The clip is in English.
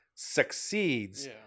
succeeds